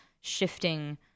shifting